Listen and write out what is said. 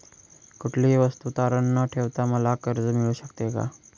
कुठलीही वस्तू तारण न ठेवता मला कर्ज मिळू शकते का?